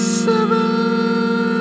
seven